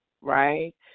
Right